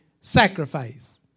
sacrifice